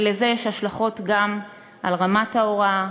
ולזה יש השלכות גם על רמת ההוראה,